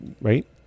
right